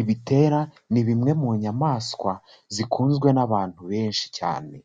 Ibitera ni bimwe mu nyamaswa zikunzwe n'abantu benshi cyane.